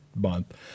month